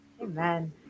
Amen